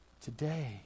Today